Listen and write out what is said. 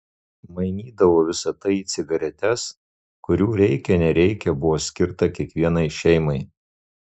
mainydavo visa tai į cigaretes kurių reikia nereikia buvo skirta kiekvienai šeimai